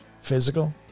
physical